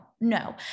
no